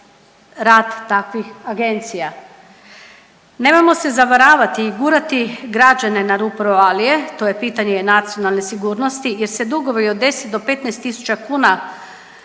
rad takvih agencija. Nemojmo se zavaravati i gurati građane na rub provalije, to je pitanje nacionalne sigurnosti jer se dugovi od 10 do 15 tisuća kuna